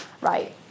right